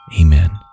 Amen